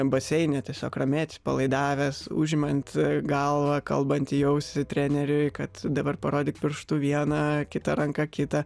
baseine tiesiog ramiai atsipalaidavęs užimant galvą kalbant į ausį treneriui kad dabar parodyk pirštu vieną kitą ranką kitą